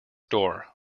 door